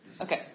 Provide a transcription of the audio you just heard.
Okay